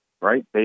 Right